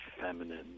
feminine